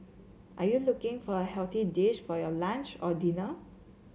are you looking for a healthy dish for your lunch or dinner